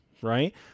right